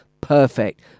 Perfect